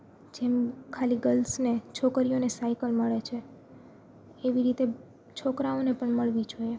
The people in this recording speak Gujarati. જેમ ખાલી ગર્લ્સને છોકરીઓને સાઈકલ મળે છે એવી રીતે છોકરાંઓને પણ મળવી જોઈએ